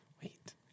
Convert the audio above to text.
Wait